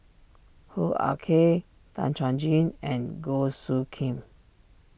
Hoo Ah Kay Tan Chuan Jin and Goh Soo Khim